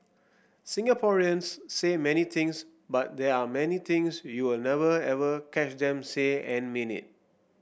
Singaporeans say many things but there are many things you'll never ever catch them say and mean it